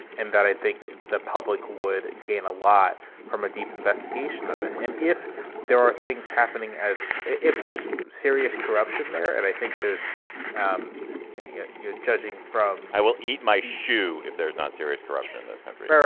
and that i think the public would gain a lot from a deep investigation of it. and if there are things happening, as if there's serious corruption there. and i think there's um yeah yeah judging from i will eat mighty shoe if there's not serious corruption in those countries where